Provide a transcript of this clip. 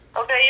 Okay